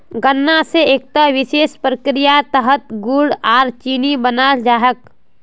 गन्ना स एकता विशेष प्रक्रियार तहतत गुड़ आर चीनी बनाल जा छेक